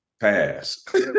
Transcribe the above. pass